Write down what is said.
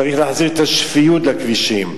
צריך להחזיר את השפיות לכבישים.